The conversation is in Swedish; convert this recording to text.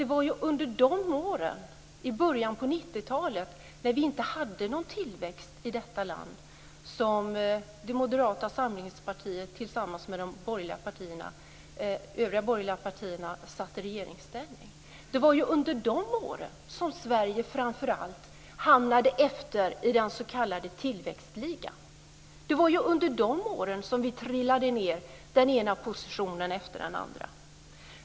Det var ju under de år i början på 90-talet då Moderata samlingspartiet tillsammans med de övriga borgerliga partierna satt i regeringsställning som vi inte hade någon tillväxt i detta land. Det var ju under de åren som Sverige framför allt hamnade efter i den s.k. tillväxtligan. Det var under de åren som vi trillade ned den ena positionen efter den andra.